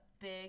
big